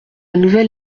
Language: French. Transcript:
nouvelle